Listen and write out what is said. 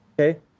Okay